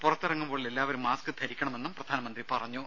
പുറത്തിറങ്ങുമ്പോൾ എല്ലാവരും മാസ്ക് ധരിക്കണമെന്നും പ്രധാനമന്ത്രി പറഞ്ഞു